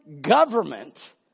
government